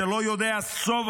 שלא יודע שובע,